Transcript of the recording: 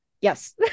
Yes